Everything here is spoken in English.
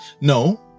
No